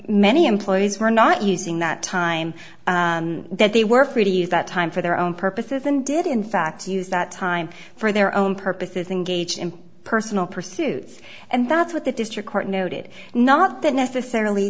many employees were not using that time that they were free to use that time for their own purposes and did in fact use that time for their own purposes engage in personal pursuits and that's what the district court noted not that necessarily